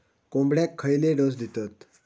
कोंबड्यांक खयले डोस दितत?